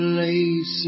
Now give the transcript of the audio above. lace